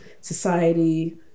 society